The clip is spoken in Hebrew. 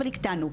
אבל הקטנו,